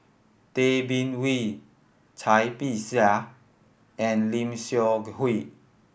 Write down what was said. Tay Bin Wee Cai Bixia and Lim Seok Hui